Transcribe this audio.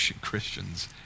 Christians